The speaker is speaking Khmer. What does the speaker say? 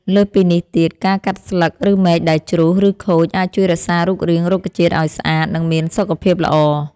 លើសពីនេះទៀត ការកាត់ស្លឹក ឬមែកដែលជ្រុះ ឬខូច អាចជួយរក្សារូបរាងរុក្ខជាតិឲ្យស្អាត និងមានសុខភាពល្អ។